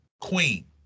Queen